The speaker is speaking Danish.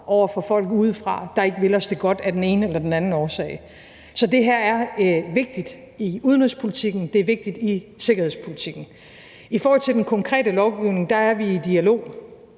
over for folk udefra, der af den ene eller den anden årsag ikke vil os det godt. Så det her er vigtigt i udenrigspolitikken, det er vigtigt i sikkerhedspolitikken. I forhold til den konkrete lovgivning er vi i dialog